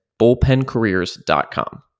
bullpencareers.com